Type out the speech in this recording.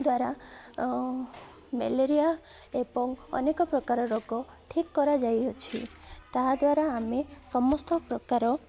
ଦ୍ୱାରା ମ୍ୟାଲେରିଆ ଏବଂ ଅନେକ ପ୍ରକାର ରୋଗ ଠିକ୍ କରାଯାଇଅଛି ତାହାଦ୍ୱାରା ଆମେ ସମସ୍ତ ପ୍ରକାର